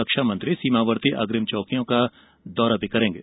रक्षा मंत्री सीमावर्ती अग्रिम चौकियों का दौरा भी करेंगे